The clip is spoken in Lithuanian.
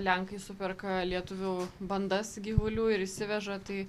lenkai superka lietuvių bandas gyvulių ir išsiveža tai